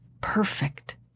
perfect